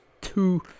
two